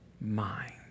mind